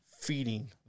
feeding